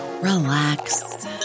relax